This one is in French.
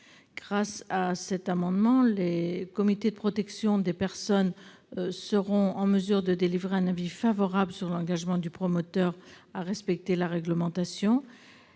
grâce à cet amendement, le comité de protection des personnes sera en mesure de délivrer un avis favorable sur l'engagement du promoteur à respecter la réglementation